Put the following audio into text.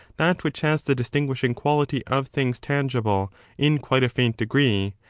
that which has the distinguishing quality of things tangible in quite a faint degree,